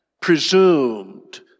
presumed